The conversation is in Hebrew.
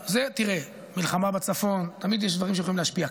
תראה, מלחמה בצפון, תמיד יש דברים שיכולים להשפיע.